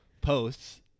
posts